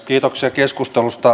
kiitoksia keskustelusta